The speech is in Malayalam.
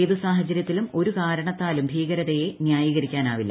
ഏത് സാഹചര്യത്തിലും ഒരു കാരണത്താലും ഭീകരത്രിയ് ന്യായീകരിക്കാനാവില്ല